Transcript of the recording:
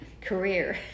career